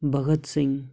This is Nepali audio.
भगत सिंह